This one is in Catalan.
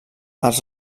els